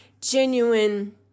genuine